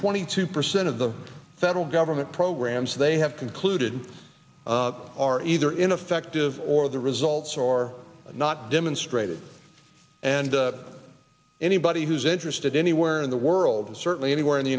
twenty two percent of the federal government programs they have concluded are either in affective or the results or not demonstrated and anybody who's interested anywhere in the world and certainly anywhere in the